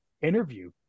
interview